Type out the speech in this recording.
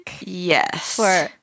Yes